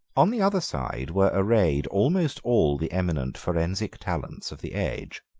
on the other side were arrayed almost all the eminent forensic talents of the age.